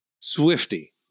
Swifty